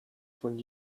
von